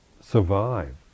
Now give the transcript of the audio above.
survive